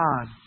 God